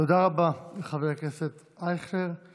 תודה רבה לחבר הכנסת אייכלר.